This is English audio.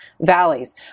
valleys